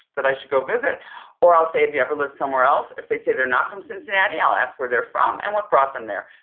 that i should go visit or i'll say have you ever lived somewhere else? if they say they're not from cincinnati, i'll ask where they're from and what brought them there.